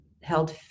held